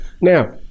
Now